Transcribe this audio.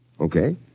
Okay